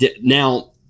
now